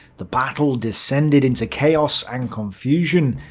the battle descended into chaos and confusion,